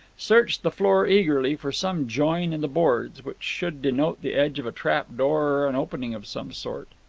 searched the floor eagerly for some join in the boards, which should denote the edge of a trap-door or an opening of some sort.